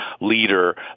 leader